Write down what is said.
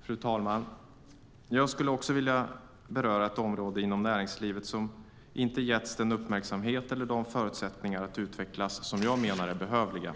Fru talman! Jag skulle också vilja beröra ett område inom näringslivet som inte getts den uppmärksamhet eller de förutsättningar att utvecklas som jag menar är behövliga.